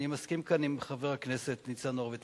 אני מסכים כאן עם חבר הכנסת ניצן הורוביץ,